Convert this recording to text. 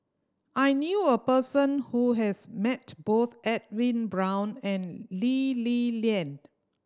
I knew a person who has met both Edwin Brown and Lee Li Lian